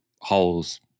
holes